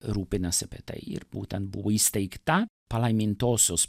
rūpinasi apie tai ir būtent buvo įsteigta palaimintosios